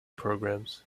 programs